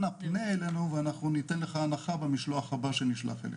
אנא פנה אלינו ואנחנו ניתן לך הנחה במשלוח הבא שנשלח אליך.